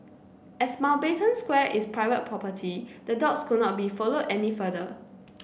as Mountbatten Square is private property the dogs could not be followed any further